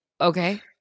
Okay